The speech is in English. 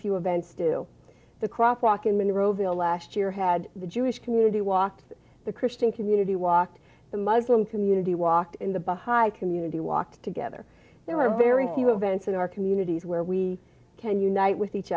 few events do the cross walk in monroeville last year had the jewish community walk the christian community walk the muslim community walk in the behind community walk together there are very few events in our communities where we can unite with each